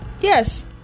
Yes